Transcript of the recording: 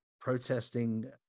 protesting